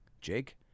Jake